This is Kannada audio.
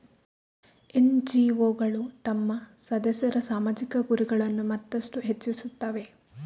ಎನ್.ಜಿ.ಒಗಳು ತಮ್ಮ ಸದಸ್ಯರ ಸಾಮಾಜಿಕ ಗುರಿಗಳನ್ನು ಮತ್ತಷ್ಟು ಹೆಚ್ಚಿಸುತ್ತವೆ